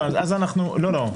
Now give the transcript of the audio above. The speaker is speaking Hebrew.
לא, לא.